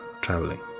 traveling